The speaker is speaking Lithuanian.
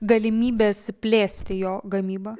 galimybės plėsti jo gamybą